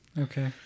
okay